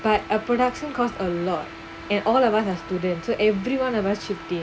but a production costs a lot in all of us are student to every one of us should